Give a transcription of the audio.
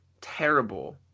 terrible